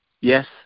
Yes